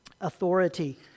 Authority